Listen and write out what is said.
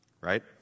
Right